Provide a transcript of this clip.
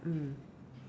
mm